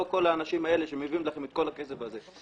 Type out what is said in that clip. לא כל האנשים האלה שמביאים לכם את כל הכסף הזה.